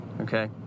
okay